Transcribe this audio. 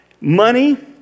Money